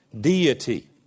deity